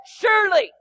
surely